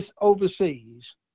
overseas